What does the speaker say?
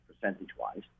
percentage-wise